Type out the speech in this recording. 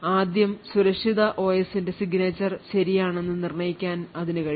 ആദ്യം സുരക്ഷിത ഒഎസിന്റെ signature ശരിയാണെന്ന് നിർണ്ണയിക്കാൻ ഇതിന് കഴിയും